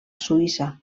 suïssa